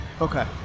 Okay